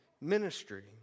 ministry